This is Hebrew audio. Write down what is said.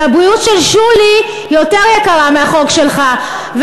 והבריאות של שולי יותר יקרה מהחוק שלך.